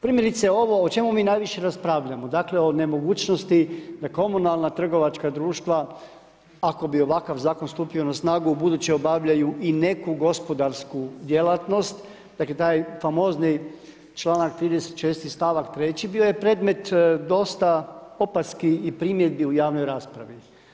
Primjerice ovo o čemu mi najviše raspravljamo, dakle o nemogućnosti da komunalna trgovačka društva ako bi ovakav zakon stupi snagu, ubuduće obavljaju i neku gospodarsku djelatnost, dakle taj famozni članak 36. stavak 3. bio je predmet dosta opaski i primjedbi u javnoj raspravi.